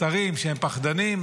על השרים, שהם פחדנים.